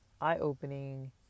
eye-opening